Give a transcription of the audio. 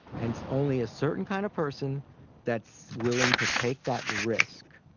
and only a certain kind of person that's willing to take that risk,